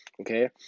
Okay